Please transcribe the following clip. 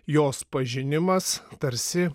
jos pažinimas tarsi